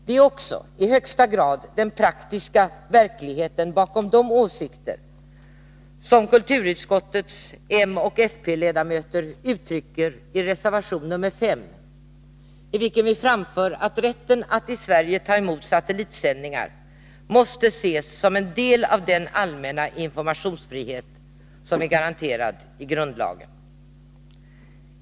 Det är också i högsta grad den praktiska verkligheten bakom de åsikter som kulturutskottets moch fp-ledamöter uttrycker i reservation nr 5, i vilken vi framför att rätten att i Sverige ta emot satellitsändningar måste ses som en del av den allmänna informationsfrihet som är garanterad i grundlagen.